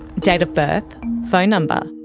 date of birth, phone number,